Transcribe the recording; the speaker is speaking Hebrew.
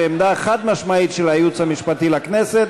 והעמדה החד-משמעית של הייעוץ המשפטי לכנסת